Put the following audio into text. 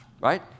Right